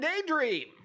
daydream